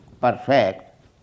perfect